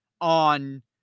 on